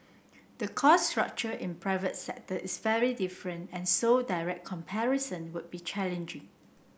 the cost structure in private sector is very different and so direct comparison would be challenging